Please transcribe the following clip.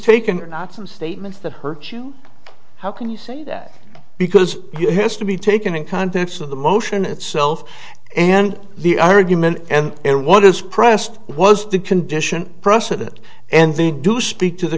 taken not some statements that hurt you how can you say that because you has to be taken in context of the motion itself and the argument and everyone is pressed was the condition precedent and they do speak to the